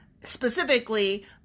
specifically